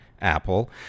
Apple